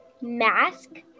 Mask